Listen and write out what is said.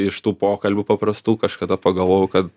iš tų pokalbių paprastų kažkada pagalvojau kad